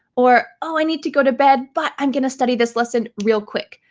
or, oh i need to go to bed, but i'm gonna study this lesson real quick.